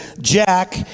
Jack